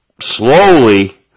slowly